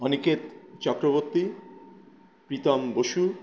Aniket Chakraborty Pritam Basu